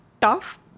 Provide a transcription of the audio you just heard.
tough